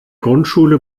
grundschule